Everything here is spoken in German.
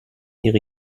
ihre